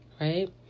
right